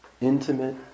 intimate